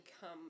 come